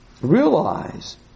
realize